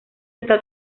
está